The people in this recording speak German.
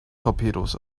torpedos